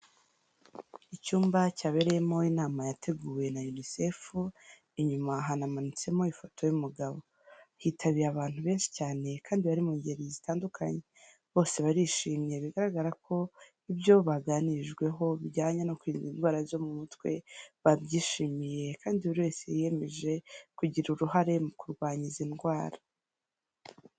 Icyumba cyabereyemo inama yateguwe na Unicef, inyuma hanamanitsemo ifoto y'umugabo. Hitabiye abantu benshi cyane, kandi bari mu ngeri zitandukanye. Bose barishimye bigaragara ko ibyo baganirijweho, bijyanye no kwirinda indwara zo mu mutwe, babyishimiye kandi buri wese yiyemeje kugira uruhare mu kurwanya izi ndwara.